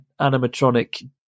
animatronic